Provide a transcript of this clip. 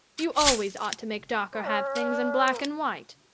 you always ought to make dawker have things in black and white.